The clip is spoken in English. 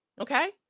okay